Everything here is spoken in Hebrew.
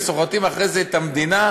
וסוחטים אחרי זה את המדינה,